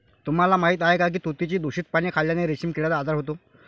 तुम्हाला माहीत आहे का की तुतीची दूषित पाने खाल्ल्याने रेशीम किड्याचा आजार होतो